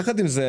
יחד עם זאת,